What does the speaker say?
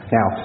Now